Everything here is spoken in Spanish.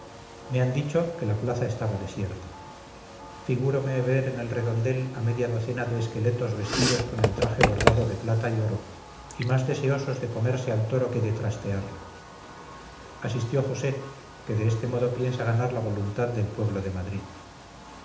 me han dicho que la plaza estaba desierta figúrome ver en el redondel a media docena de esqueletos vestidos con el traje bordado de plata y oro y más deseosos de comerse al toro que de trastearlo asistió josé que de este modo piensa ganar la voluntad del pueblo de madrid